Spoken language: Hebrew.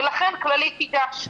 ולכן כללית תיגש.